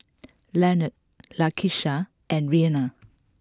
Lionel Lakisha and Reina